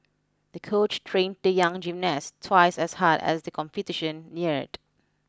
the coach trained the young gymnast twice as hard as the competition neared